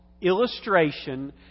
illustration